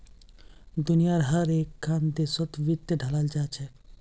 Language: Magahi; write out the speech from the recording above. दुनियार हर एकखन देशत वित्त पढ़ाल जा छेक